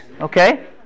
Okay